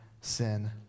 sin